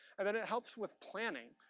and and it helps with planning.